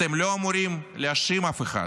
אתם לא אמורים להאשים אף אחד,